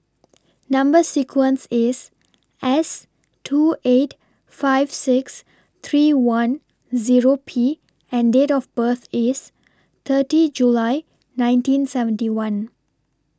Number sequence IS S two eight five six three one Zero P and Date of birth IS thirty July nineteen seventy one